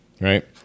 right